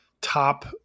top